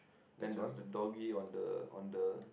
then there's a doggy on the on the